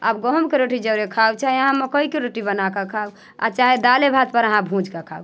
आब गहूँमके रोटी जरे खाउ चाहे मक्कइके रोटी बना कऽ खाउ आ चाहे दालिए भातपर अहाँ भूजि कऽ खाउ